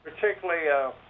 particularly